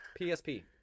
PSP